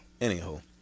anywho